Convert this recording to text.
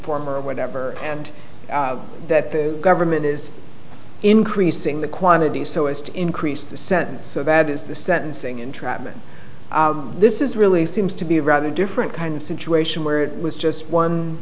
informer or whatever and that the government is increasing the quantity so as to increase the sentence so that is the sentencing entrapment this is really seems to be a rather different kind of situation where it was just one